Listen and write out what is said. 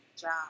job